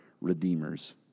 redeemers